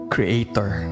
Creator